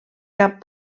cap